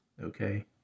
okay